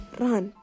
run